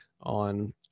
on